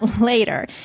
later